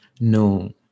No